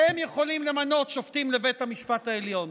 והם יכולים למנות שופטים לבית המשפט העליון.